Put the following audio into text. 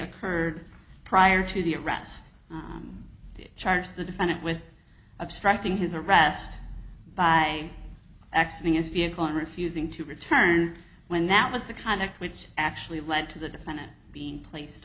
occurred prior to the arrest to charge the defendant with obstructing his arrest by accessing his vehicle and refusing to return when that was the kind of which actually led to the defendant being placed